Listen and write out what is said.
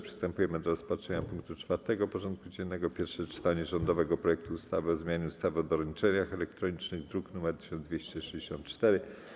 Przystępujemy do rozpatrzenia punktu 4. porządku dziennego: Pierwsze czytanie rządowego projektu ustawy o zmianie ustawy o doręczeniach elektronicznych (druk nr 1264)